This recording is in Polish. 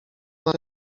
ona